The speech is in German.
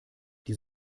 die